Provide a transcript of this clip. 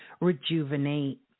rejuvenate